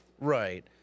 Right